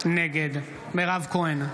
נגד מירב כהן,